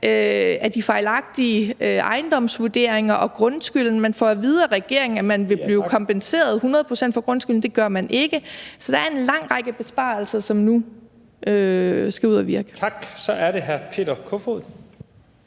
af de fejlagtige ejendomsvurderinger og grundskylden. Man får at vide af regeringen, at man vil blive kompenseret 100 pct. for grundskylden. Det gør man ikke. Så der er en ret lang række besparelser, som skal ud at virke. Kl. 11:50 Første